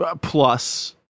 plus